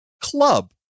club